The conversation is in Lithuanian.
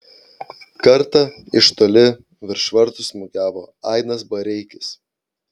kartą iš toli virš vartų smūgiavo ainas bareikis